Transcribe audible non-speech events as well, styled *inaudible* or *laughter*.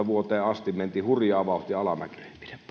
*unintelligible* vuoteen kaksituhattaviisitoista asti mentiin hurjaa vauhtia alamäkeä